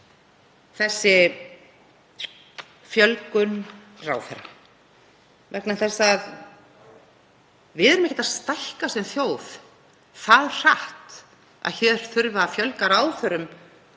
er fjölgun ráðherra. Við erum ekkert að stækka sem þjóð það hratt að hér þurfi að fjölga ráðherrum